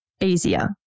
easier